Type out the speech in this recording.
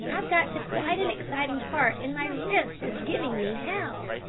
i've got to quite an exciting part, and my wrist is giving me hell.